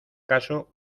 caso